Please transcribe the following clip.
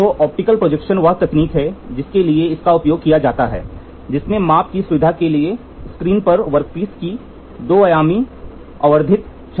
तो optical projection वह तकनीक है जिसके लिए इसका उपयोग किया जाता है जिसमें माप की सुविधा के लिए स्क्रीन पर वर्कपीस की दो आयामी आवर्धित छवि होती है